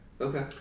Okay